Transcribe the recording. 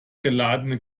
geladene